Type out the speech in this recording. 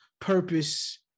purpose